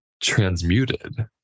transmuted